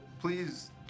please